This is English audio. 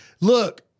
Look